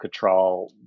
Cattrall